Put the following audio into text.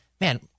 man